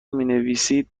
مینویسید